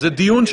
הם לא אותו דבר.